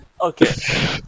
Okay